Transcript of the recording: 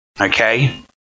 Okay